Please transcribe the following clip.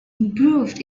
improved